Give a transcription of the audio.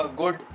good